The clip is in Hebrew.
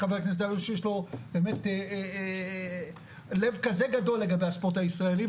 שיש לו באמת לב כזה גדול לגבי הספורט הישראלי,